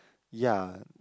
ya